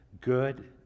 good